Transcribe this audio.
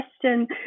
question